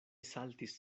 saltis